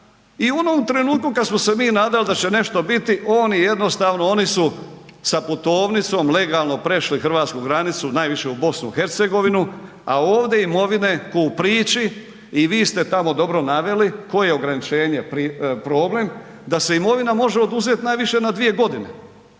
i u onom trenutku kad smo se mi nadali da će nešto biti, oni su sa putovnicom legalno prešli hrvatsku granicu, najviše u BiH a ovdje imovine ko u priči i vi ste tamo dobro naveli, koje je ograničenje problem, da se imovina može oduzet najviše na 2 g.